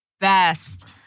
best